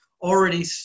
already